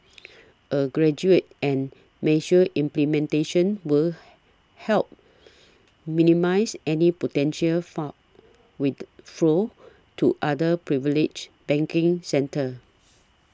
a gradual and measured implementation would help minimise any potential fund with flows to other privilege banking centres